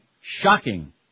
Shocking